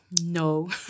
No